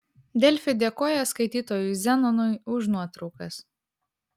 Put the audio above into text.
delfi dėkoja skaitytojui zenonui už nuotraukas